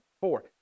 four